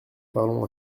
parlons